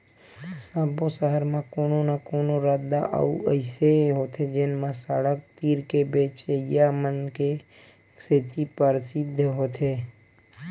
सब्बो सहर म कोनो न कोनो रद्दा ह अइसे होथे जेन म सड़क तीर के बेचइया मन के सेती परसिद्ध होथे